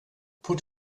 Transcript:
put